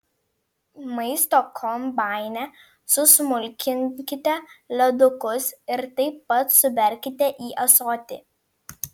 maisto kombaine susmulkinkite ledukus ir taip pat suberkite į ąsotį